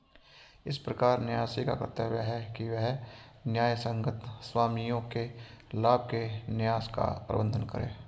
इस प्रकार न्यासी का कर्तव्य है कि वह न्यायसंगत स्वामियों के लाभ के लिए न्यास का प्रबंधन करे